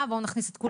בוא ננסה,